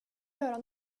göra